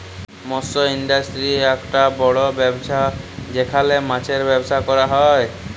মৎস ইন্ডাস্ট্রি আককটা বড় ব্যবসা যেখালে মাছের ব্যবসা ক্যরা হ্যয়